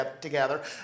together